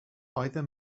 either